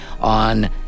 on